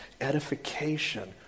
edification